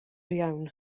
iawn